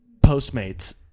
Postmates